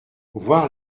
voir